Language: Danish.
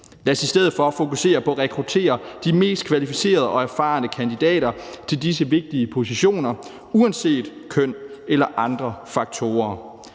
Lad os i stedet for fokusere på at rekruttere de mest kvalificerede og erfarne kandidater til disse vigtige positioner uanset køn eller andre faktorer.